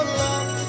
love